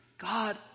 God